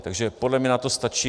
Takže podle mě na to stačí...